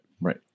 Right